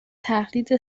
تقلید